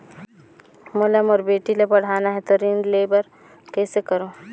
मोला मोर बेटी ला पढ़ाना है तो ऋण ले बर कइसे करो